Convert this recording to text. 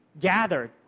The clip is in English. gathered